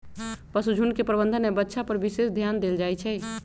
पशुझुण्ड के प्रबंधन में बछा पर विशेष ध्यान देल जाइ छइ